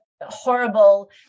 horrible